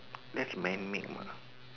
that's man made mah